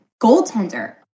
goaltender